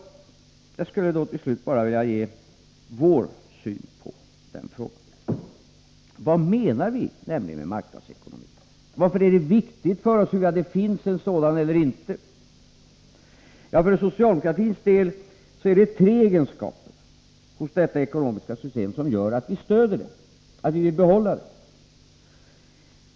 Jag skall då till slut bara ge vår syn på den frågan. Vad menar vi nämligen med marknadsekonomi? Varför är det viktigt för oss huruvida det finns en sådan eller inte? För socialdemokratins del är det tre egenskaper hos detta ekonomiska system som gör att vi stöder det, att vi vill behålla det.